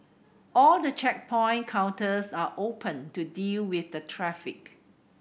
all the checkpoint counters are open to deal with the traffic